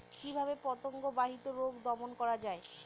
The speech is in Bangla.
কিভাবে পতঙ্গ বাহিত রোগ দমন করা যায়?